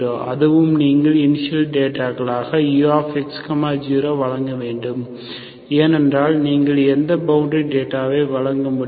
அதுவும் நீங்கள் initial data களாக ux0 வழங்க வேண்டும் ஏனென்றால் நீங்கள் எந்த பவுண்டரி டேட்டாவை வழங்க முடியும்